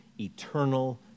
eternal